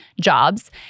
jobs